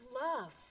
Love